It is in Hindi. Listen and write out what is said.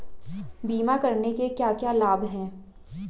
बीमा करने के क्या क्या लाभ हैं?